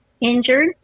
injured